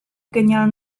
genial